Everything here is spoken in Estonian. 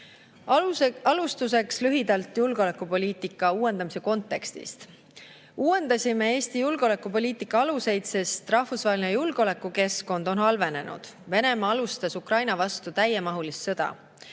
Alustuseks lühidalt julgeolekupoliitika uuendamise kontekstist. Uuendasime “Eesti julgeolekupoliitika aluseid”, sest rahvusvaheline julgeolekukeskkond on halvenenud. Venemaa alustas Ukraina vastu täiemahulist sõda.